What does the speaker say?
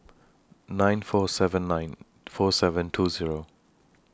nine four seven nine four seven two Zero